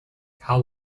how